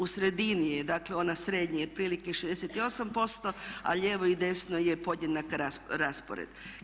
U sredini je, dakle ona srednje je otprilike 68% a lijevo i desno je podjednak raspored.